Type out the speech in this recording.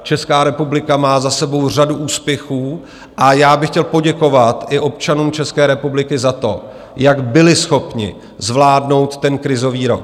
Česká republika má za sebou řadu úspěchů a já bych chtěl poděkovat i občanům České republiky za to, jak byli schopni zvládnout ten krizový rok.